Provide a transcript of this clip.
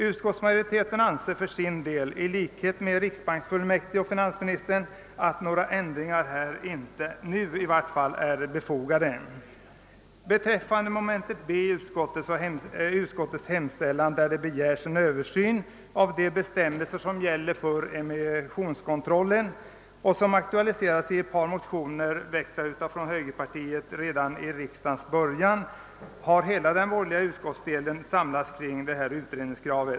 Utskottsmajoriteten anser i likhet med riksbanksfullmäktige och finansministern att några ändringar härvidlag i varje fall inte nu är befogade. Under mom. B i utskottets hemställan begäres en översyn av de bestämmelser som gäller för emissionskontrollen, en fråga som aktualiserats i ett motionspar från högerpartiet redan vid riksdagens början. Hela den borgerliga utskottsdelen har samlats kring detta utredningskrav.